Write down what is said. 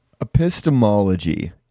epistemology